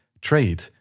trade